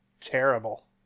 terrible